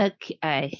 Okay